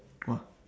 !wah!